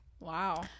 Wow